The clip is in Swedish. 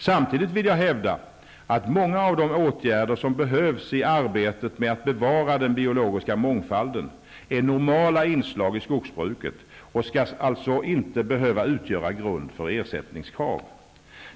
Samtidigt vill jag hävda att många av de åtgärder som behövs i arbetet med att bevara den biologiska mångfalden är normala inslag i skogsbruket och skall alltså inte behöva utgöra grund för ersättningskrav.